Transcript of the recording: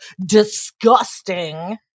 disgusting